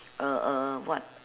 uh uh what